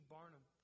Barnum